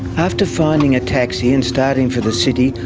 after finding a taxi and starting for the city,